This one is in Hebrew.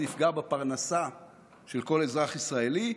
זה יפגע בפרנסה של כל אזרח ישראלי.